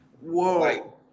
whoa